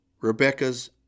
Rebecca's